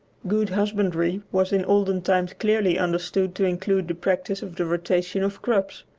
good husbandry was in olden times clearly understood to include the practice of the rotation of crops,